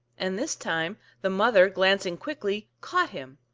and this time the mother, glancing quickly, caught him,